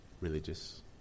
religious